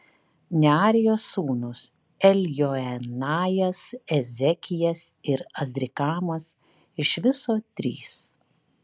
nearijos sūnūs eljoenajas ezekijas ir azrikamas iš viso trys